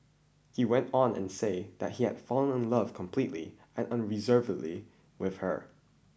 he went on and said that he had fallen in love completely and unreservedly with her